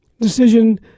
decision